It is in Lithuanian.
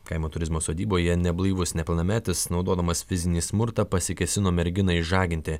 kaimo turizmo sodyboje neblaivus nepilnametis naudodamas fizinį smurtą pasikėsino merginą išžaginti